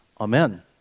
Amen